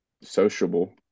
sociable